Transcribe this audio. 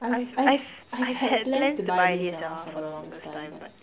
I've I've I've had plans to buy this for the longest time but